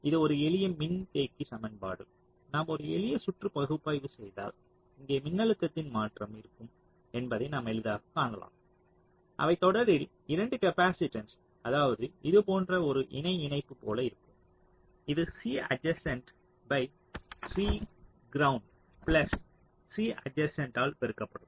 இது ஒரு எளிய மின்தேக்கி சமன்பாடு நாம் ஒரு எளிய சுற்று பகுப்பாய்வு செய்தால் இங்கே மின்னழுத்தத்தின் மாற்றம் இருக்கும் என்பதை நாம் எளிதாகக் காணலாம் அவை தொடரில் 2 காப்பாசிட்டன்ஸ் அதாவது இது போன்ற ஒரு இணை இணைப்பு போல இருக்கும் இது C adjacent C ground C adjacent ஆல் பெருக்கப்படும்